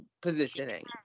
positioning